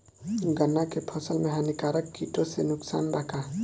गन्ना के फसल मे हानिकारक किटो से नुकसान बा का?